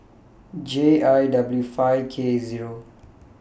J I W five K Zero